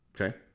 Okay